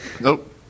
Nope